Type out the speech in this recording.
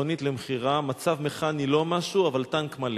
"מכונית למכירה, מצב מכני לא משהו, אבל טנק מלא".